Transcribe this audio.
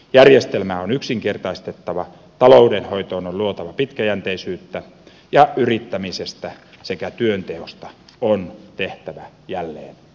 järjestelmää on yksinkertaistettava taloudenhoitoon on luotava pitkäjänteisyyttä ja yrittämisestä sekä työnteosta on tehtävä jälleen kannattavaa